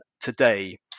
today